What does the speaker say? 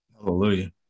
hallelujah